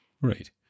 Right